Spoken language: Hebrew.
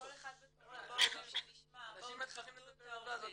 כל אחד בתורו, שנשמע, בואו תכבדו את האורחים.